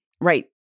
Right